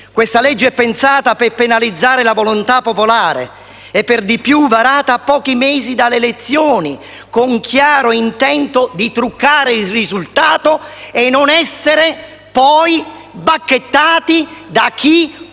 Questa legge è pensata per penalizzare la volontà popolare e per di più è varata a pochi mesi dalle elezioni, con chiaro intento di truccare il risultato e non essere bacchettati da chi potrebbe